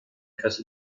caso